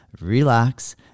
relax